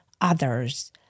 others